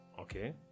Okay